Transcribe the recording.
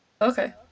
Okay